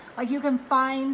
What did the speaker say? like you can find